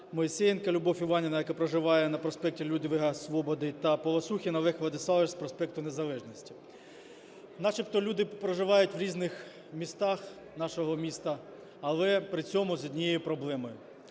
Моісеєнко Любов Іванівна, яка проживає на проспекті Людвіга Свободи, та Полосухін Олег Владиславович з проспекту Незалежності. Начебто люди проживають в різних містах нашого міста, але при цьому з однією проблемою.